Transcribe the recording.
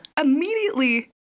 immediately